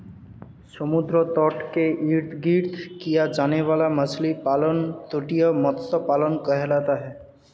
समुद्र तट के इर्द गिर्द किया जाने वाला मछली पालन तटीय मत्स्य पालन कहलाता है